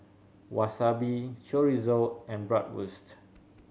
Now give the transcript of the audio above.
Wasabi Chorizo and Bratwurst